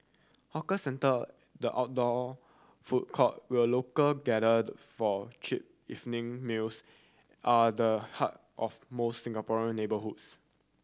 hawker centre the outdoor food court where local gathered for cheap evening meals are the heart of most Singaporean neighbourhoods